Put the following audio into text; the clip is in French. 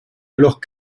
alors